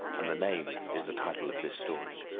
and the name is the title of this story.